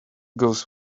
goes